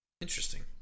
Interesting